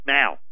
now